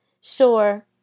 Sure